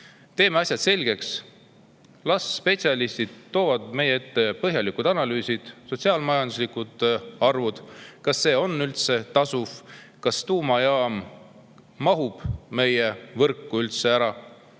Teeme asjad selgeks. Las spetsialistid toovad meie ette põhjalikud analüüsid, sotsiaal-majanduslikud arvud, kas see on üldse tasuv, kas tuumajaam mahub meie võrku üldse ära.